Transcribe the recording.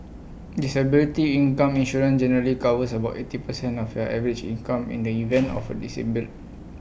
disability income insurance generally covers about eighty percent of your average income in the event of A dissemble